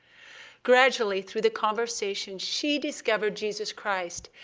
gradually, through the conversation, she discovered jesus christ,